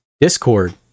Discord